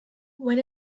when